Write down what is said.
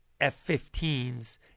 F-15s